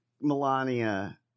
Melania